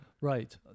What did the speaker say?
Right